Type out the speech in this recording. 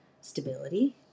stability